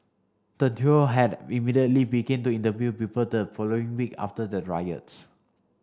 the Duo had immediately began to interview people the following week after the riots